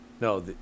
No